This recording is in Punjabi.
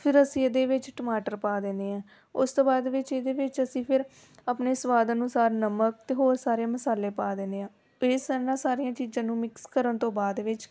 ਫਿਰ ਅਸੀਂ ਇਹਦੇ ਵਿੱਚ ਟਮਾਟਰ ਪਾ ਦੇਣੇ ਆ ਉਸ ਤੋਂ ਬਾਅਦ ਵਿੱਚ ਇਹਦੇ ਵਿੱਚ ਅਸੀਂ ਫਿਰ ਆਪਣੇ ਸਵਾਦ ਅਨੁਸਾਰ ਨਮਕ ਅਤੇ ਹੋਰ ਸਾਰੇ ਮਸਾਲੇ ਪਾ ਦਿੰਦੇ ਹਾਂ ਪੇਸ ਇਹਨਾਂ ਸਾਰੀਆਂ ਚੀਜ਼ਾਂ ਨੂੰ ਮਿਕਸ ਕਰਨ ਤੋਂ ਬਾਅਦ ਵਿੱਚ